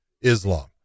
Islam